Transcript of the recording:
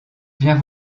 viens